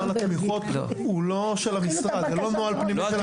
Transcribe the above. הוא לא של המשרד, זה לא נוהל פנימי של המשרד.